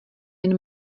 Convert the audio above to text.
jen